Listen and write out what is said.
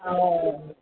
oh